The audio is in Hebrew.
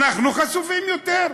אנחנו חשופים יותר.